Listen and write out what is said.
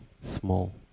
small